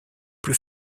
plus